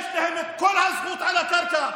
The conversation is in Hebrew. יש להם את כל הזכות על הקרקע,